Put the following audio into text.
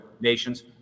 nations